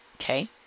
okay